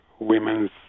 women's